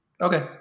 Okay